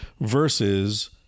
Versus